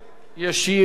ישיב על